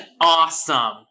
awesome